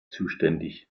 zuständig